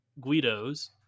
Guido's